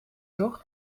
toch